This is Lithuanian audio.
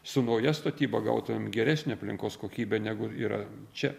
su nauja statyba gautumėm geresnę aplinkos kokybę negu yra čia